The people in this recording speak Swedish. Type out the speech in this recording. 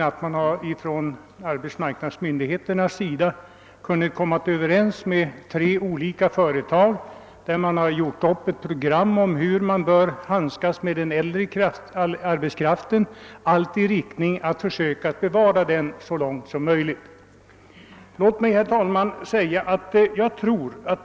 Arbetsmarknadsmyndigheterna har där kunnat komma överens med tre olika företag om ett program för hur man bör handskas med den äldre arbetskraften för att så långt som möjligt försöka bevara den i arbete.